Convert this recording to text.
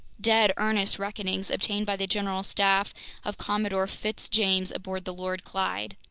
dead-earnest reckonings obtained by the general staff of commodore fitz-james aboard the lord clyde.